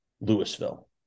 Louisville